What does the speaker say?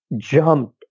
jumped